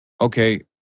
okay